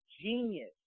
genius